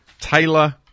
Taylor